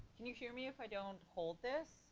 can you hear me if i don't hold this?